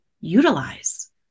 utilize